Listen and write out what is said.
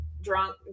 drunk